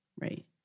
right